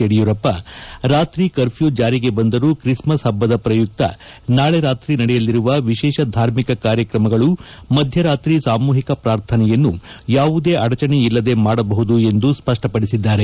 ಯಡಿಯೂರಪ್ಪ ರಾತ್ರಿ ಕರ್ಫ್ಡೂ ಜಾರಿಗೆ ಬಂದರೂ ಕ್ರಿಸ್ಮಸ್ ಹಬ್ಬದ ಶ್ರಯುಕ್ತ ನಾಳೆ ರಾತ್ರಿ ನಡೆಯಲಿರುವ ವಿಶೇಷ ಧಾರ್ಮಿಕ ಕಾರ್ಯಕ್ರಮಗಳು ಮಧ್ದರಾತ್ರಿ ಸಾಮೂಹಿಕ ಪ್ರಾರ್ಥನೆಯನ್ನು ಯಾವುದೇ ಅಡಚಣೆಯಲ್ಲದೆ ಮಾಡಬಹುದು ಎಂದು ಸ್ವಪ್ಪಪಡಿಸಿದ್ದಾರೆ